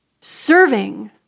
Serving